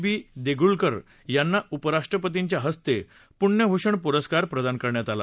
बी देगलुरकर यांना उपराष्ट्रपतींच्या हस्ते पुण्यभूषण पुरस्कार प्रदान करण्यात आला